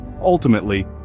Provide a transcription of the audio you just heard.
ultimately